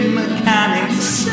mechanics